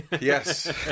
Yes